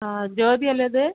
ആ ജ്യോതിയല്ലേ ഇത്